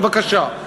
בבקשה.